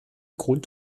grund